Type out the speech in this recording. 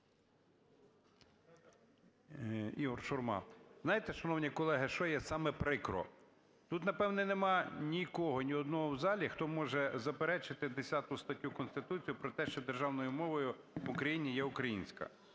Ігор Шурма. Знаєте, шановні колеги, що є саме прикро. Тут, напевно, нема нікого, ні одного в залі, хто може заперечити 10 статтю Конституції про те, що державною мовою в Україні є українська.